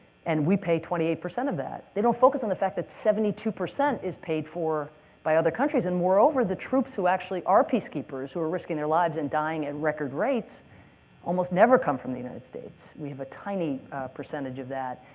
and we pay twenty eight percent of that. they don't focus on the fact that seventy two percent is paid for by other countries. and moreover, the troops who actually are peacekeepers, who are risking their lives and dying at and record rates almost never come from the united states. we have a tiny percentage of that.